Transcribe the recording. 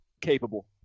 capable